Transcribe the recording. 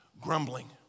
grumbling